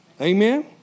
Amen